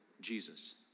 Jesus